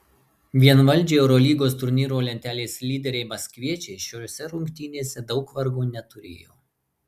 vienvaldžiai eurolygos turnyro lentelės lyderiai maskviečiai šiose rungtynėse daug vargo neturėjo